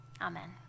Amen